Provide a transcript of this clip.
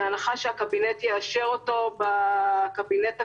בהנחה שהקבינט יאשר אותו בקבינט הקרוב.